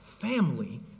family